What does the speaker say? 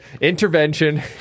Intervention